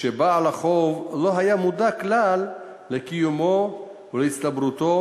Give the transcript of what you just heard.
כשבעל החוב לא היה מודע כלל לקיומו או להצטברותו